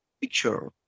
picture